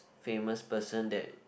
famous person that